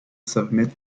submit